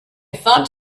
thought